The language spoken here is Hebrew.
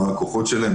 מה הכוחות שלהם,